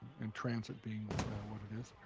and transit being what it is.